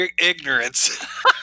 ignorance